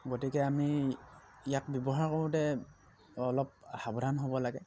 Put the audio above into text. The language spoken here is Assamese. গতিকে আমি ইয়াক ব্যৱহাৰ কৰোঁতে অলপ সাৱধান হ'ব লাগে